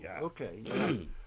Okay